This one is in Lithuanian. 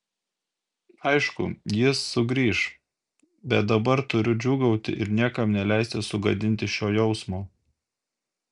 aišku jis sugrįš bet dabar turiu džiūgauti ir niekam neleisti sugadinti šio jausmo